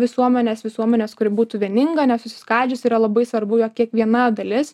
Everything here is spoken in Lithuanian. visuomenės visuomenės kuri būtų vieninga nesusiskaidžiusi yra labai svarbu jog kiekviena dalis